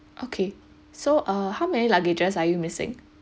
okay so uh how many luggages are you missing